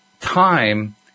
time